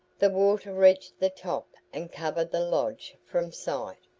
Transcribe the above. the water reached the top and covered the lodge from sight.